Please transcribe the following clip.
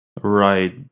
Right